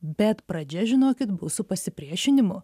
bet pradžia žinokit bus su pasipriešinimu